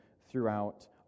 throughout